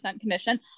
commission